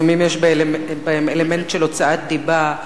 לפעמים יש בהם אלמנט של הוצאת דיבה.